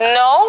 no